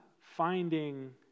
finding